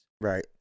Right